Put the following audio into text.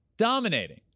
Dominating